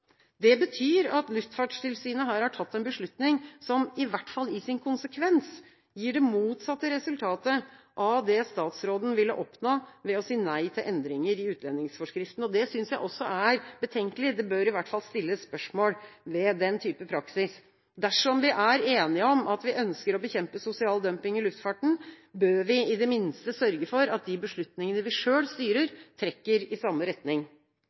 Det betyr at Luftfartstilsynet her har tatt en beslutning som i hvert fall i sin konsekvens gir det motsatte resultatet av det statsråden ville oppnå ved å si nei til endringer i utlendingsforskriften. Det synes jeg også er betenkelig. Det bør i hvert fall stilles spørsmål ved den type praksis. Dersom vi er enige om at vi ønsker å bekjempe sosial dumping i luftfarten, bør vi i det minste sørge for at de beslutningene vi selv styrer, trekker i samme retning.